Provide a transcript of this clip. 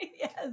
Yes